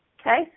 okay